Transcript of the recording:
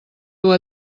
dur